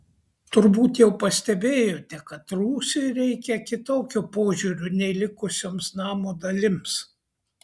turbūt jau pastebėjote kad rūsiui reikia kitokio požiūrio nei likusioms namo dalims